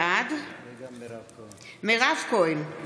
בעד מירב כהן,